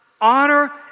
Honor